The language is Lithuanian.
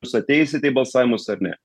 jūs ateisite į balsavimus ar ne